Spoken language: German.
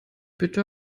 bitte